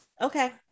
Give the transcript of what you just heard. okay